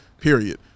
period